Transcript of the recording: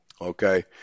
okay